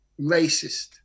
racist